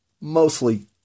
mostly